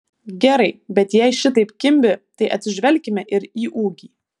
gerai bet jei šitaip kimbi tai atsižvelkime ir į ūgį